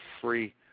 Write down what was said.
free